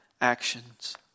actions